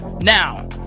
Now